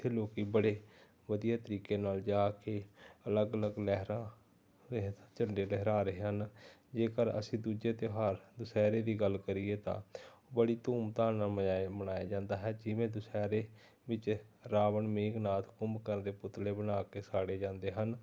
ਇੱਥੇ ਲੋਕ ਬੜੇ ਵਧੀਆ ਤਰੀਕੇ ਨਾਲ ਜਾ ਕੇ ਅਲੱਗ ਅਲੱਗ ਲਹਿਰਾਂ ਰਹਿਤ ਝੰਡੇ ਲਹਿਰਾ ਰਹੇ ਹਨ ਜੇਕਰ ਅਸੀਂ ਦੂਜੇ ਤਿਉਹਾਰ ਦੁਸਹਿਰੇ ਦੀ ਗੱਲ ਕਰੀਏ ਤਾਂ ਬੜੀ ਧੂਮ ਧਾਮ ਨਾਲ ਮਜਾਇਆ ਮਨਾਇਆ ਜਾਂਦਾ ਹੈ ਜਿਵੇਂ ਦੁਸਹਿਰੇ ਵਿੱਚ ਰਾਵਣ ਮੇਘਨਾਥ ਕੁੰਭਕਰਨ ਦੇ ਪੁਤਲੇ ਬਣਾ ਕੇ ਸਾੜੇ ਜਾਂਦੇ ਹਨ